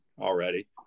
already